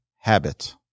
habit